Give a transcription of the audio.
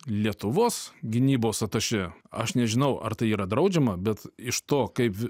lietuvos gynybos atašė aš nežinau ar tai yra draudžiama bet iš to kaip